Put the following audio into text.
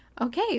Okay